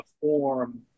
form